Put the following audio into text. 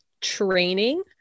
training